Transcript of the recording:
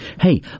Hey